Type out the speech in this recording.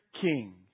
King